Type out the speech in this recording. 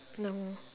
normal